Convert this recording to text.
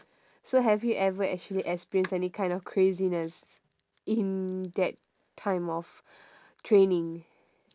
so have you ever actually experience any kind of craziness in that time of training